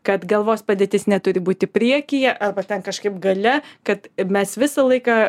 kad galvos padėtis neturi būti priekyje arba ten kažkaip gale kad mes visą laiką